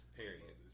period